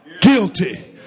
Guilty